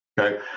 Okay